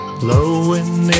blowing